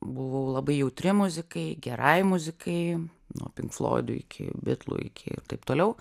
buvau labai jautri muzikai gerai muzikai nuo pink floidų iki bitlų iki ir taip toliau